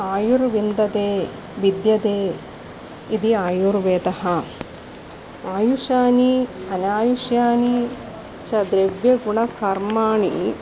आयुर्विन्दते विद्यते इति आयुर्वेदः आयुषाणि अनायुष्याणि च द्रव्यगुणकर्माणि